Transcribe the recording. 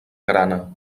grana